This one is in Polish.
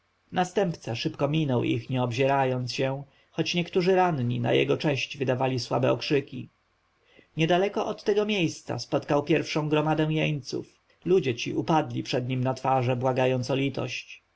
następca szybko minął ich nie obzierając się choć niektórzy ranni na jego cześć wydawali słabe okrzyki niedaleko od tego miejsca spotkał pierwszą gromadę jeńców ludzie ci upadli przed nim na twarze błagając o litość